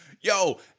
yo